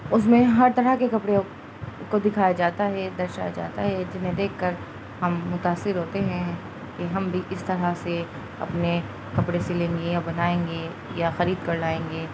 اس میں ہر طرح کے کپڑے کو دکھایا جاتا ہے درشایا جاتا ہے جنہیں دیکھ کر ہم متاثر ہوتے ہیں کہ ہم بھی اس طرح سے اپنے کپڑے سلیں گے یا بنائیں گے یا خرید کر لائیں گے